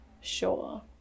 sure